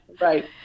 Right